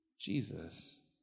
Jesus